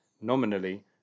nominally